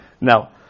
Now